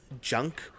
junk